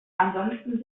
ansonsten